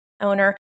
owner